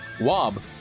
Wob